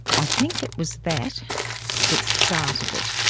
i think it was that that started it.